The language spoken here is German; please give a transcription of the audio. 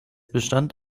bestand